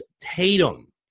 Tatum